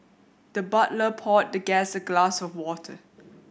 the butler poured the guest a glass of water